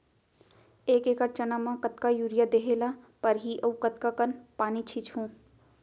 एक एकड़ चना म कतका यूरिया देहे ल परहि अऊ कतका कन पानी छींचहुं?